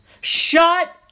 shut